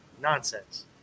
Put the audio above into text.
Nonsense